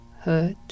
hurt